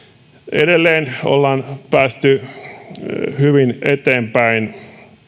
edelleen ollaan päästy hyvin eteenpäin